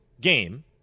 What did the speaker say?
game